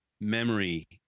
memory